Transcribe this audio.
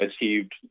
achieved